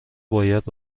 باید